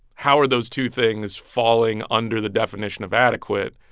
how are those two things falling under the definition of adequate?